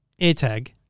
AirTag